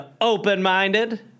open-minded